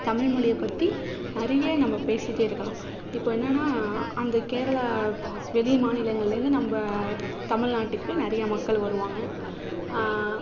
தமிழ் மொழியப் பற்றி நிறைய நம்ம பேசிகிட்டே இருக்கலாம் இப்போ என்னன்னா அந்த கேரளா வெளி மாநிலங்களிலேருந்து நம்ம தமிழ்நாட்டுக்கு நிறைய மக்கள் வருவாங்க